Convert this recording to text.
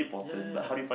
ya